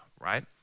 right